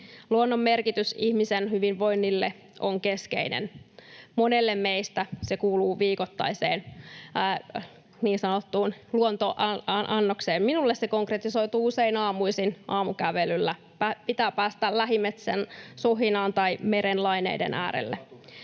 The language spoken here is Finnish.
Luonnon merkitys ihmisen hyvinvoinnille on keskeinen. Monelle meistä se kuuluu viikoittaiseen niin sanottuun luontoannokseen. Minulle se konkretisoituu usein aamuisin aamukävelyllä — pitää päästä lähimetsän suhinaan tai meren laineiden äärelle.